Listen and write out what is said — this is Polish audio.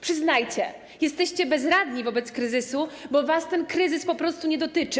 Przyznajcie: jesteście bezradni wobec kryzysu, bo was ten kryzys po prostu nie dotyczy.